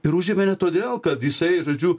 ir užėmė ne todėl kad jisai žodžiu